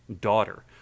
daughter